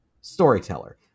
Storyteller